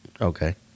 Okay